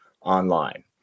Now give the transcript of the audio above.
online